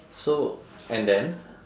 so and then